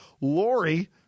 Lori